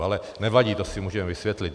Ale nevadí, to si můžeme vysvětlit.